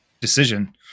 decision